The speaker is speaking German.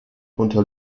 unter